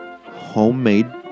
homemade